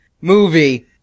movie